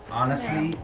honestly,